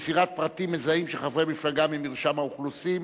(מסירת פרטים מזהים של חברי מפלגה ממרשם האוכלוסין),